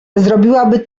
zrobiłaby